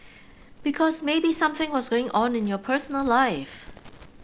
because maybe something was going on in your personal life